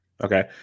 Okay